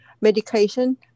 medication